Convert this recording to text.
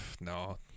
no